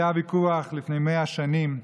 היה ויכוח לפני 100 שנים,